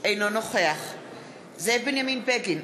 אינו נוכח זאב בנימין בגין,